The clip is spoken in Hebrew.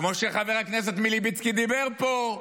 כמו שחבר הכנסת מלביצקי דיבר פה.